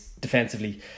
defensively